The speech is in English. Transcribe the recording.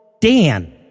Dan